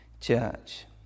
church